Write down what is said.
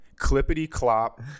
clippity-clop